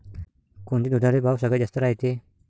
कोनच्या दुधाले भाव सगळ्यात जास्त रायते?